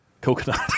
coconut